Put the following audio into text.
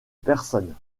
personne